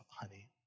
honey